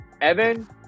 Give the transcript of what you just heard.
Evan